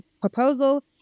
proposal